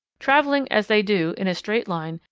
travelling, as they do, in a straight line,